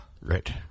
Right